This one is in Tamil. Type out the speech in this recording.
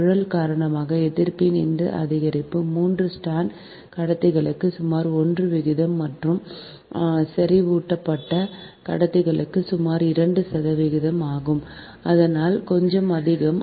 சுழல் காரணமாக எதிர்ப்பின் இந்த அதிகரிப்பு மூன்று ஸ்ட்ராண்ட் கடத்திகளுக்கு சுமார் 1 சதவிகிதம் மற்றும் செறிவூட்டப்பட்ட கடத்திகளுக்கு சுமார் 2 சதவிகிதம் ஆகும் அதனால் கொஞ்சம் அதிகம்